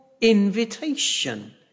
invitation